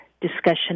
discussion